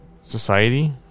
society